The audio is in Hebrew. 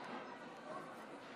אני מבקש שקט.